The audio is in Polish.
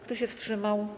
Kto się wstrzymał?